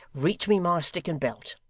reach me my stick and belt.